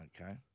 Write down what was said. Okay